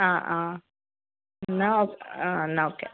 ആ ആ എന്നാൽ ഓ ആ എന്നാൽ ഓക്കെ